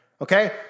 Okay